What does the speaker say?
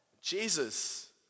Jesus